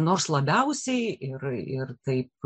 nors labiausiai ir ir taip